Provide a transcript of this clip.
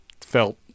felt